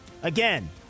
Again